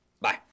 Bye